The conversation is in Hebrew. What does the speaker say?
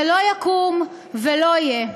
זה לא יקום ולא יהיה.